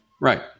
Right